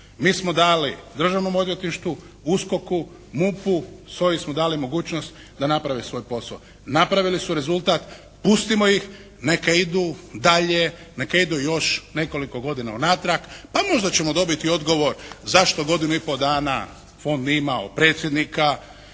Mi smo dali Državnom odvjetništvu, USKOK-u, MUP-U, SOA-i smo dali mogućnost da naprave svoj posao. Napravili su rezultat. Pustimo ih neka idu dalje, neka idu još nekoliko godina unatrag, pa možda ćemo dobiti odgovor zašto godinu i pol dana fond nije imao predsjednika,